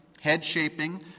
head-shaping